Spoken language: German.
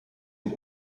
dem